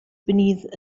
beneath